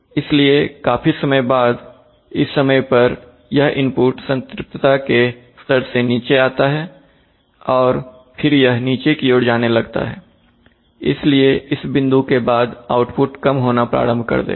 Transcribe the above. इसलिए काफी समय बाद इस समय पर यह इनपुट के संतृप्तता के स्तर से नीचे आता है और फिर यह और नीचे की ओर जाने लगता है इसलिए इस बिंदु के बाद आउटपुट कम होना प्रारंभ कर देगा